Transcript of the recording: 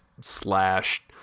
slash